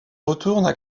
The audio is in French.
retournent